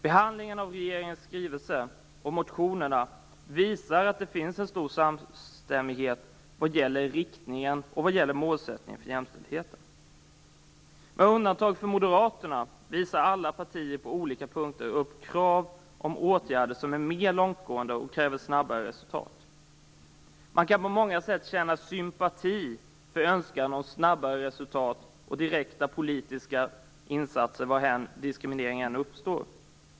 Behandlingen av regeringens skrivelse och motionerna visar att det finns en stor samstämmighet vad gäller riktningen och målsättningen för jämställdheten. Med undantag för Moderaterna visar alla partier på olika punkter upp krav på åtgärder som är mer långtgående och som kräver snabbare resultat. Man kan på många sätt känna sympati för önskan om snabbare resultat och direkta politiska insatser var än diskrimineringen uppstår.